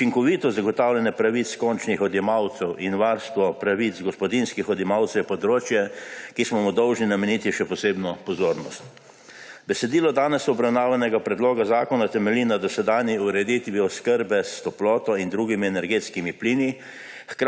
Učinkovitost zagotavljanja pravic končnih odjemalcev in varstvo pravic gospodinjskih odjemalcev je področje, ki smo mu dolžni nameniti še posebno pozornost. Besedilo danes obravnavanega predloga zakona temelji na dosedanji ureditvi oskrbe s toploto in drugimi energetskimi plini,